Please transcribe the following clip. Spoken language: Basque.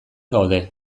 gaude